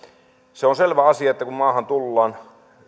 se on selvä asia että kun maahan tullaan